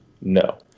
no